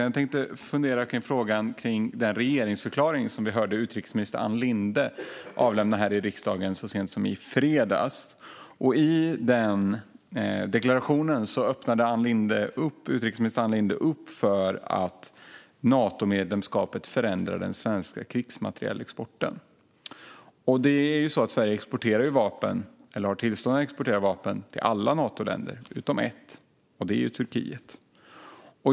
Jag funderar om frågan om den regeringsförklaring som vi hörde utrikesminister Ann Linde avlämna här i riksdagen så sent som i fredags. I den deklarationen öppnade utrikesminister Ann Linde för att Natomedlemskapet förändrar den svenska krigsmaterielexporten. Sverige har tillstånd att exportera vapen till alla Natoländer utom ett, och det är Turkiet.